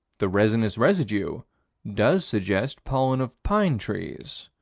the resinous residue does suggest pollen of pine trees.